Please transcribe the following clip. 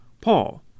Paul